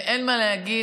אין מה להגיד,